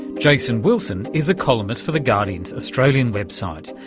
jason wilson is a columnist for the guardian's australian website,